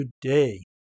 today